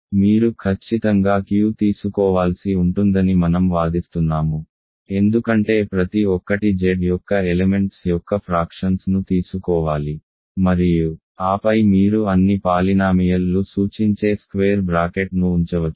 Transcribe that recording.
మీరు ఖచ్చితంగా Q తీసుకోవాల్సి ఉంటుందని మనం వాదిస్తున్నాము ఎందుకంటే ప్రతి ఒక్కటి Z యొక్క ఎలెమెంట్స్ యొక్క ఫ్రాక్షన్స్ ను తీసుకోవాలి మరియు ఆపై మీరు అన్ని పాలినామియల్ లు సూచించే స్క్వేర్ బ్రాకెట్ను ఉంచవచ్చు